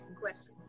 questions